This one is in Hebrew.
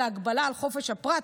זו הגבלה על חופש הפרט,